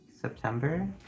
September